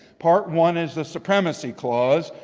part one is the supremacy clause,